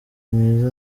mwiza